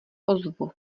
ozvu